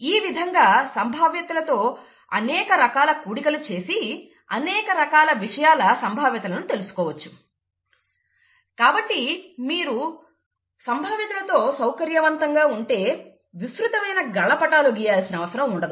ఈ విధంగా సంభావ్యతలలో అనేక రకాల కూడికలు చేసి అనేక రకాల విషయాల సంభావ్యతలను తెలుసుకోవచ్చు కాబట్టి మీరు సంభావ్యతలతో సౌకర్యవంతంగా ఉంటే విస్తృతమైన గళ్ళ పటాలు గీయాల్సిన అవసరం ఉండదు